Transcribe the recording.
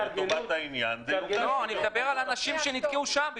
העניין --- אני מדבר על אנשים שנתקעו שם,